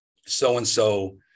so-and-so